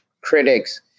critics